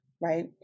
right